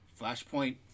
Flashpoint